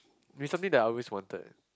is something that I always wanted eh